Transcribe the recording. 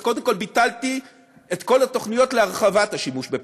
אז קודם כול ביטלתי את כל התוכניות להרחבת השימוש בפחם.